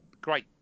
great